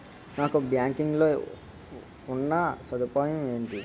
Non banking లో ఉన్నా సదుపాయాలు ఎంటి?